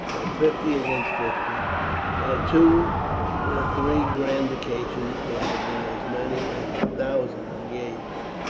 fifty against fifty. on two or three grand occasions there have been as many as a thousand engaged.